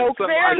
Okay